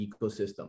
ecosystem